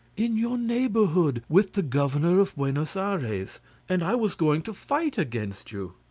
in your neighbourhood, with the governor of buenos ayres and i was going to fight against you.